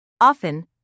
Often